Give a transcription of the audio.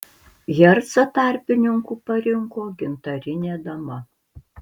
hercą tarpininku parinko gintarinė dama